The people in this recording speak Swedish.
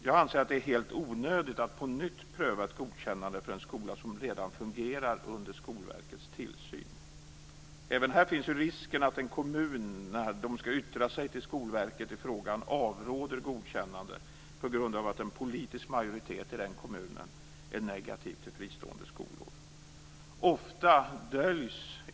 Jag anser att det är helt onödigt att på nytt pröva ett godkännande för en skola som redan fungerar under Skolverkets tillsyn. Även här finns en risk att en kommun när den skall yttra sig till Skolverket i frågan avråder godkännande på grund av att en politisk majoritet i den kommunen är negativ till fristående skolor.